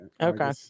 Okay